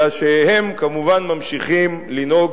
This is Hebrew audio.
אלא שהם כמובן ממשיכים לנהוג,